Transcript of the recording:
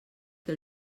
que